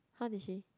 how did she